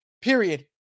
Period